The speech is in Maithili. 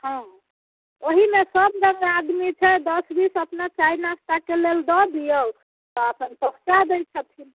हँ ओहिमे सब रङ्ग आदमी छै दश बीस अपना चाय नास्ताके लेल दऽ दिऔ आ अपन पहुँचा दय छथिन